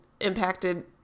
impacted